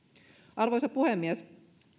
arvoisa puhemies